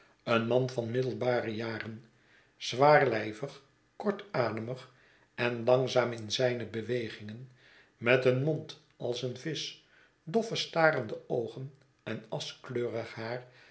een man van middelbare jaren zwaarlijvig kortademig en langzaam in zijne bewegingen met een mond als een visch doffe starende oogen en aschkleurighaar dat